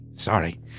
Sorry